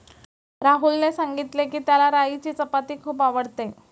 राहुलने सांगितले की, त्याला राईची चपाती खूप आवडते